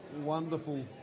wonderful